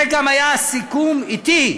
זה גם היה הסיכום אתי,